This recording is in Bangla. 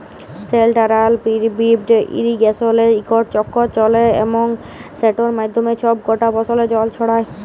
সেলটারাল পিভট ইরিগেসলে ইকট চক্কর চলে এবং সেটর মাধ্যমে ছব কটা ফসলে জল ছড়ায়